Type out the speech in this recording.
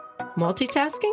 multitasking